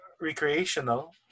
recreational